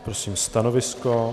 Prosím stanovisko.